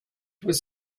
was